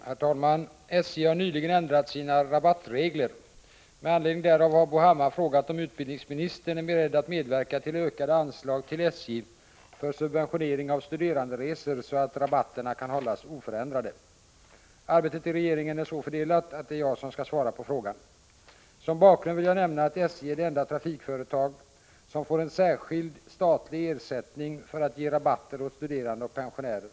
Herr talman! SJ har nyligen ändrat sina rabattregler. Med anledning därav har Bo Hammar frågat om utbildningsministern är beredd att medverka till ökade anslag till SJ för subventionering av studeranderesor så att rabatterna kan hållas oförändrade. Arbetet i regeringen är så fördelat att det är jag som skall svara på frågan. Som bakgrund vill jag nämna att SJ är det enda trafikföretag som får en särskild statlig ersättning för att ge rabatter åt studerande och pensionärer.